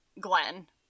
Glenn